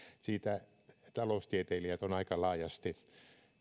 siitä taloustieteilijät ovat aika laajasti